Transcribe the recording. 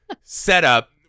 setup